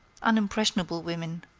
unimpressionable women.